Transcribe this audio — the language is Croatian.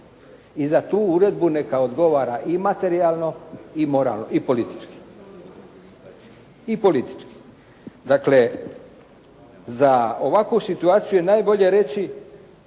I za tu uredbu neka odgovara i materijalno i moralno i politički. I politički. Dakle za ovakvu situaciju je najbolje reći